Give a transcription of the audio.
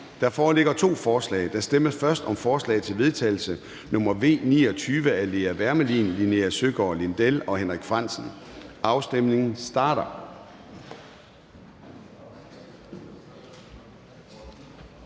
Der foreligger to forslag. Der stemmes først om forslag til vedtagelse nr. V 29 af Lea Wermelin (S), Linea Søgaard-Lidell (V) og Henrik Frandsen (M). Afstemningen starter.